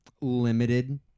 limited